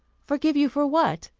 forgive you for what?